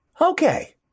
Okay